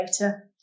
later